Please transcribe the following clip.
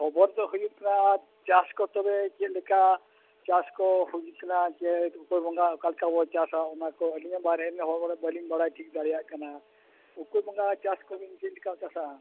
ᱠᱷᱚᱵᱚᱨ ᱫᱚ ᱦᱩᱭᱩᱜ ᱠᱟᱱᱟ ᱟᱨ ᱪᱟᱥ ᱠᱚ ᱛᱚᱵᱮ ᱪᱮᱫ ᱞᱮᱠᱟ ᱪᱟᱥ ᱠᱚ ᱦᱩᱭᱩᱜ ᱠᱟᱱᱟ ᱥᱮ ᱚᱠᱟ ᱵᱚᱸᱜᱟ ᱚᱠᱟ ᱞᱮᱠᱟ ᱵᱚᱱ ᱪᱟᱥᱟ ᱚᱱᱟ ᱠᱚ ᱟᱹᱞᱤᱧ ᱵᱟᱹᱞᱤᱧ ᱵᱟᱲᱟᱭ ᱴᱷᱤᱠ ᱫᱟᱲᱮᱭᱟᱜ ᱠᱟᱱᱟ ᱚᱠᱟ ᱵᱚᱸᱜᱟ ᱪᱟᱥ ᱠᱚᱞᱤᱧ ᱪᱮᱫ ᱞᱮᱠᱟ ᱠᱚ ᱪᱟᱥᱟ